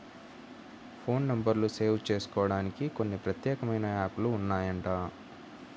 phone నెంబర్లు save జేసుకోడానికి కొన్ని ప్రత్యేకమైన యాప్ లు ఉన్నాయంట